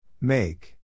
Make